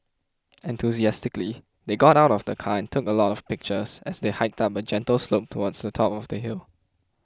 enthusiastically they got out of the car and took a lot of pictures as they hiked up a gentle slope towards the top of the hill